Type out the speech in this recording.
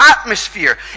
atmosphere